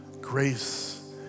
grace